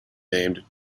named